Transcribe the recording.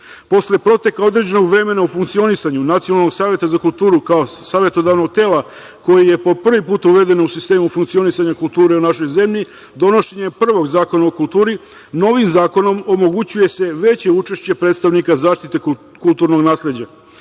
proteka određenog vremena u funkcionisanju Nacionalnog saveta za kulturu kao savetodavnog tela koji je po prvi put uveden u sistemu funkcionisanja kulture u našoj zemlji, donošenje prvog zakona o kulturi, novim zakonom omogućuje se veće učešće predstavnika zaštite kulturnog nasleđa. Pošto